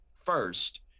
first